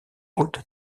hôte